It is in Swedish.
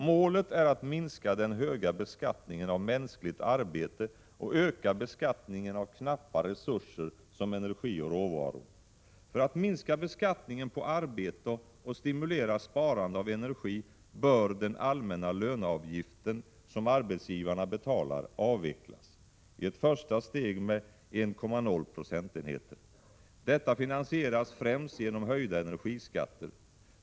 Målet är att minska den höga beskattningen av mänskligt arbete och öka beskattningen av knappa resurser som energi och råvaror. För att minska beskattningen på arbete och stimulera sparande av energi bör den allmänna löneavgiften som arbetsgivarna betalar avvecklas, i ett första steg med 1,0 procentenheter. Detta finansieras främst genom höjda energiskatter.